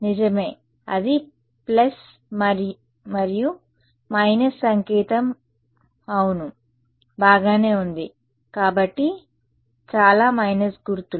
నిజమే అది ప్లస్ మరియు మైనస్ సంకేతం అవును బాగానే ఉంది కాబట్టి చాలా మైనస్ గుర్తులు